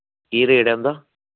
केह् रेट ऐ उं'दा